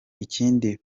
ikindi